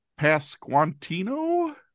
Pasquantino